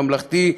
ממלכתי,